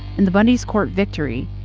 and the bundys' court victory,